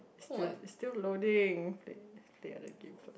still still loading